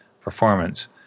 performance